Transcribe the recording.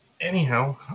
anyhow